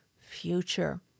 future